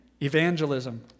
evangelism